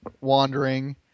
wandering